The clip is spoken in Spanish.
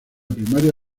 primaria